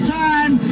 time